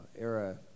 era